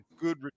good